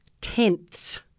tenths